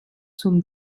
zum